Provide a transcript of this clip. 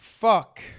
Fuck